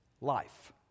life